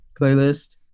playlist